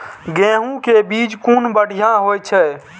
गैहू कै बीज कुन बढ़िया होय छै?